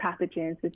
pathogens